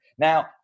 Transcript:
Now